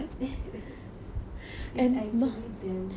is actually damn good